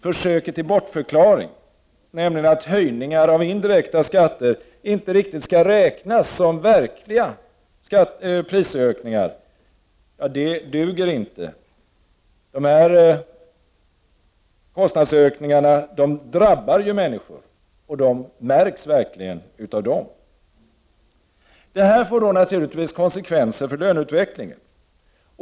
Försöket till bortförklaring, nämligen att höjningar av indirekta skatter inte skall räknas som ”verkliga” prisökningar, duger inte — dessa kostnadshöjningar drabbar ju människor, och dessa människor märker dem verkligen. Detta får naturligtvis konsekvenser för löneutvecklingen.